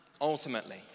ultimately